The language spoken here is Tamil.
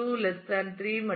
2 3 மட்டுமே